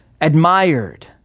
admired